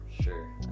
sure